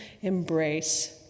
embrace